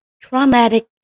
traumatic